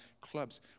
clubs